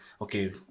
okay